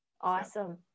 Awesome